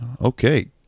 Okay